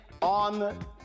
on